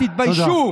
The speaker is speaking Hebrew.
תתביישו.